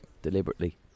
deliberately